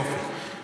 יופי.